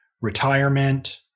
retirement